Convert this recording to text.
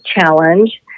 challenge